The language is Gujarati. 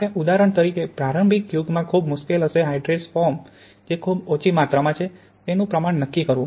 માટે ઉદાહરણ તરીકે પ્રારંભિક યુગમાં ખૂબ મુશ્કેલ હશે હાઇડ્રેટ્સ ફોર્મ જે ખૂબ ઓછી માત્રામાં છે તેનું પ્રમાણ નક્કી કરવું